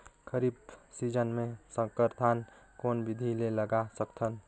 खरीफ season मे संकर धान कोन विधि ले लगा सकथन?